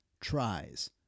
tries